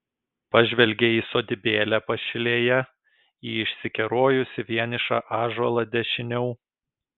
pažvelgė į sodybėlę pašilėje į išsikerojusį vienišą ąžuolą dešiniau